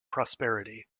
prosperity